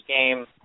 game